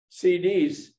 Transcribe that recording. CDs